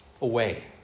away